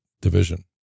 division